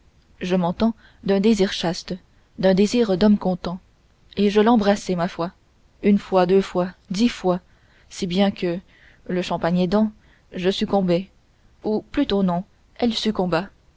je m'entends d'un désir chaste d'un désir d'homme content et je l'embrassai ma foi une fois deux fois dix fois si bien que le champagne aidant je succombai ou plutôt non elle